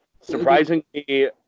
surprisingly